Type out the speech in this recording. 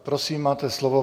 Prosím, máte slovo.